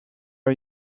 are